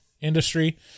industry